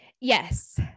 Yes